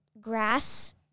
grass